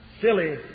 silly